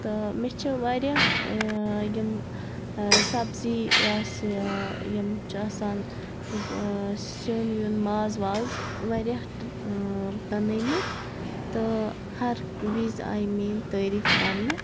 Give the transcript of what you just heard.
تہٕ مےٚ چھِ واریاہ یِم سَبزی یا یِم چھِ آسان سیُن وُن ماز واز واریاہ بَنٲمٕتۍ تہٕ ہَر وِزِ آیہِ میٲنۍ تعٲریٖف کَرنہٕ